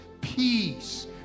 peace